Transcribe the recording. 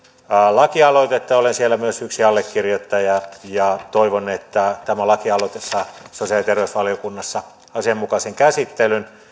lakialoitetta ja olen siellä myös yksi allekirjoittaja toivon että tämä lakialoite saa sosiaali ja terveysvaliokunnassa asianmukaisen käsittelyn